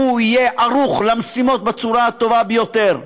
והוא יהיה ערוך למשימות בצורה הטובה ביותר,